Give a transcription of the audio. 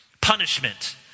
punishment